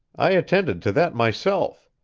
i attended to that myself.